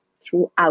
throughout